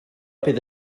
bydd